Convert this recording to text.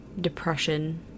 depression